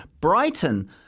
Brighton